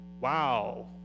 wow